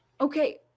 Okay